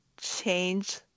change